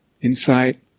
insight